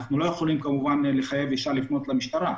אנחנו לא יכולים לחייב אישה לפנות למשטרה,